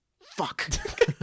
Fuck